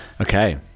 Okay